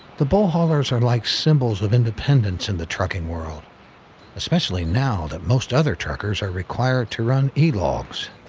the bull haulers are like symbols of independence in the trucking world especially now that most other truckers are required to run e logs.